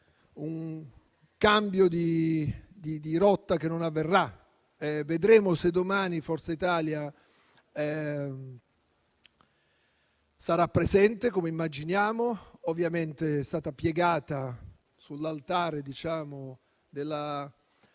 un cambio di rotta, che non avverrà. Vedremo se domani Forza Italia sarà presente, come immaginiamo. Ovviamente è stata piegata sull'altare della ragion